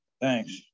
thanks